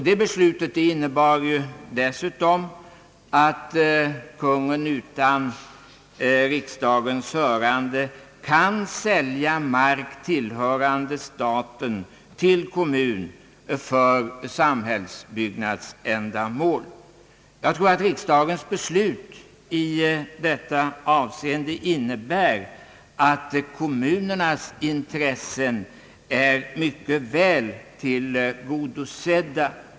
Det beslutet innebär dessutom «att Kungl. Maj:t, utan riksdagens hörande, kan sälja mark som ägs av staten till kommun för samhällsbyggnadsändamål. Jag tror att riksdagens beslut i detta avseende innebär att kommunernas intressen är mycket väl tillgodosedda.